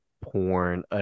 porn